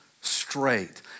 straight